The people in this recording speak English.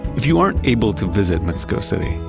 if you aren't able to visit mexico city,